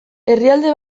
herrialde